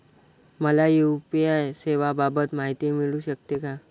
मला यू.पी.आय सेवांबाबत माहिती मिळू शकते का?